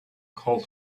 cult